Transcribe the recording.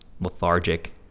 lethargic